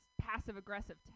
passive-aggressive